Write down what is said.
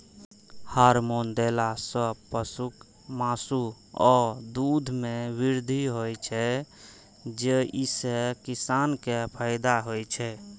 hormone देला सं पशुक मासु आ दूध मे वृद्धि होइ छै, जइसे किसान कें फायदा होइ छै